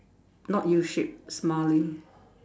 not U shape smiley